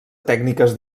tècniques